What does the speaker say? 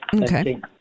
Okay